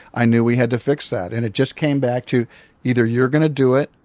i knew we had to fix that. and it just came back to either you're going to do it,